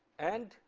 and